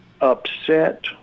upset